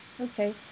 Okay